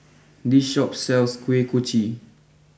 this Shop sells Kuih Kochi